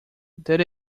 there